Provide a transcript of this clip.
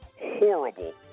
horrible